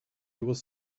was